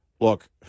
look